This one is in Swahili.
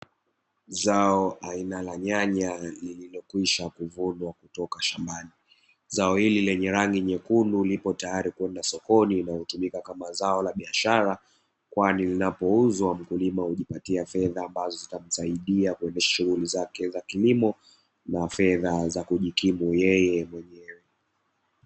Zao aina la nyanya lililokwisha kuvunwa kutoka shambani. Zao hili lenye rangi nyekundu lipo tayari kwenda sokoni na kutumika kama zao la biashara, kwani linapouzwa mkulima hujipatia fedha ambazo zitamsaidia kwenye shughuli zake za kilimo, na fedha za kujikimu yeye mwenyewe.